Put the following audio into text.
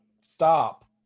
Stop